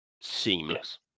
seamless